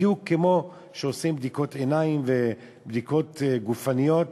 בדיוק כמו שעושים בדיקות עיניים ובדיקות גופניות,